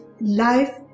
life